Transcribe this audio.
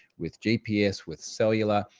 with gps, with cellular.